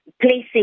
placing